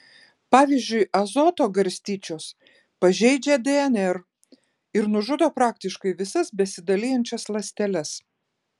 pavyzdžiui azoto garstyčios pažeidžia dnr ir nužudo praktiškai visas besidalijančias ląsteles